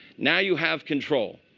now you have control.